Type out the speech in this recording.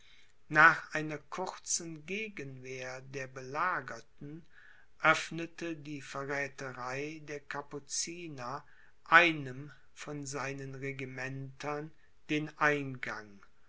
nach einer kurzen gegenwehr der belagerten öffnete die verrätherei der kapuziner einem von seinen regimentern den eingang